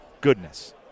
goodness